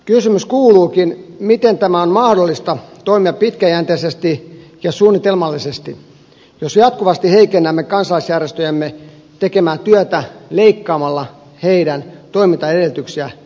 kysymys kuuluukin miten on mahdollista toimia pitkäjänteisesti ja suunnitelmallisesti jos jatkuvasti heikennämme kansalaisjärjestöjemme tekemää työtä leikkaamalla niiden toimintaedellytyksiä eri tavoin